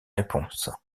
réponse